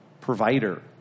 provider